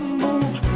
move